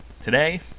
Today